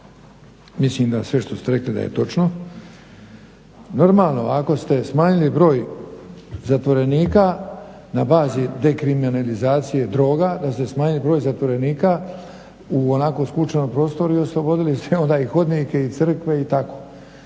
mislim da sve što ste rekli da je točno. Normalno, ako ste smanjili broj zatvorenika na bazi dekriminalizacije droga da ste smanjili broj zatvorenika u onako skučenom prostoru i oslobodili ste onda i hodnike i crkve i tako.